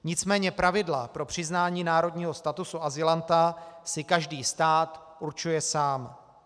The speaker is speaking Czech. Nicméně pravidla pro přiznání národního statusu azylanta si každý stát určuje sám.